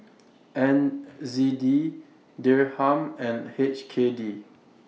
N Z D Dirham and H K D